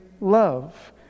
love